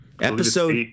Episode